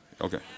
Okay